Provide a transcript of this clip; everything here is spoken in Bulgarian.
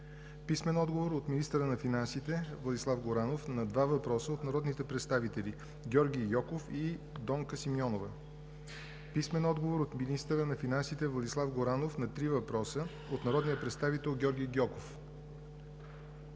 Владимиров; - министъра на финансите Владислав Горанов на два въпроса от народните представители Георги Гьоков и Донка Симеонова; - министъра на финансите Владислав Горанов на три въпроса от народния представител Георги Гьоков;